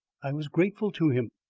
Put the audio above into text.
i was grateful to him.